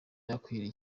akwiriye